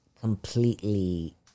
completely